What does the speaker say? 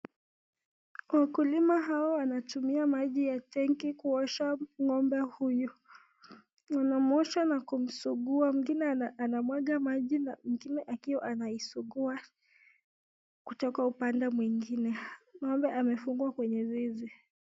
Wakulima hawa wanatumia maji ya tanki kuosha ng'ombe huyu. Wanamosha na kumsugua mwingine anamwaga maji na mwingine akiwa anaisugua kutoka upande mwingine.Ngómbe amefungwa kwenye zizi.